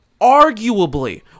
arguably